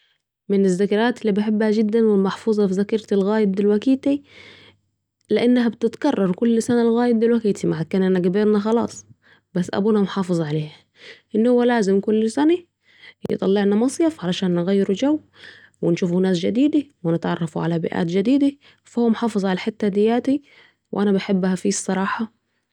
من الذكريات الي بحبها جدا و المحفوظة في ذاكرتي لغاية دلوقتى لانها هي بتتكرر كل سنه لغاية دلوقتى معكننا كبرنا خلاص بس أبونا محافظة عليها ان هو لازم مل سنه يطلعنا مصيف علشان نغيرو جو ونشوف ناس جديده ونتعرف على بيئات جديده ، ف هو محافظ على الحته دي وأنا بحبها فيه الصراحه